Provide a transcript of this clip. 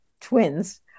twins